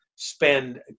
spend